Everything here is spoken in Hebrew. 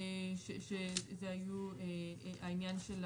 שזה היו העניין של